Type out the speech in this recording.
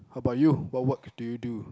how about you what work do you do